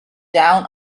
down